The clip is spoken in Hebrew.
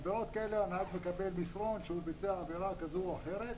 על עבירות כאלה הנהג מקבל מסרון שהוא ביצע עבירה כזאת או אחרת.